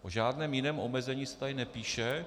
O žádném jiném omezení se tady nepíše.